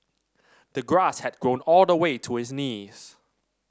the grass had grown all the way to his knees